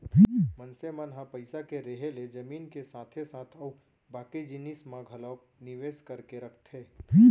मनसे मन ह पइसा के रेहे ले जमीन के साथे साथ अउ बाकी जिनिस म घलोक निवेस करके रखथे